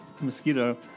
mosquito